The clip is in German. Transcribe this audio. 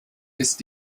ist